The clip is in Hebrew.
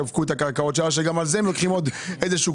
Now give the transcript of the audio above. החשכ"ל מופקד על הביצוע אבל גם אנחנו כמובן יודעים את נתוני הביצוע.